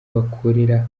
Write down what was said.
bakorera